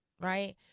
right